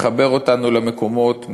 מחבר אותנו למקומות,